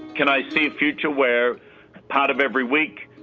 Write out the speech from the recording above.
can i see a future where part of every week,